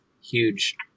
huge